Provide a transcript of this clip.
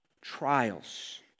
trials